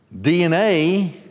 DNA